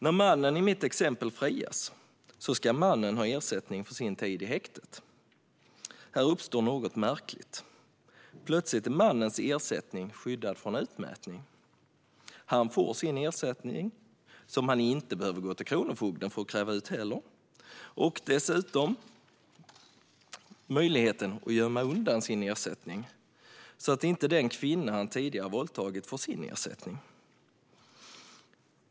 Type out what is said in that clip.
När mannen i mitt exempel frias ska han ha ersättning för sin tid i häktet. Här uppstår något märkligt: Plötsligt är mannens ersättning skyddad från utmätning. Han får sin ersättning, som han för övrigt inte behöver gå till kronofogden för att kräva ut, och dessutom möjligheten att gömma undan den så att den kvinna han tidigare våldtagit inte får sin ersättning.